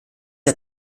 der